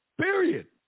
period